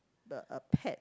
the a pet